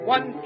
One